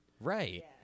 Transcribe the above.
right